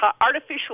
artificial